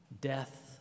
death